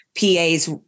PAs